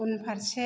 उनफारसे